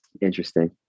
interesting